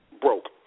Broke